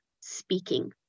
speaking